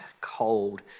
cold